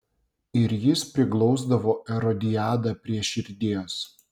ir jis priglausdavo erodiadą prie širdies